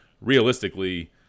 realistically –